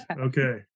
Okay